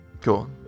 Cool